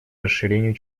расширению